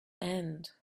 end